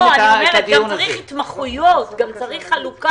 לא, אני אומרת, גם צריך התמחויות, גם צריך חלוקה.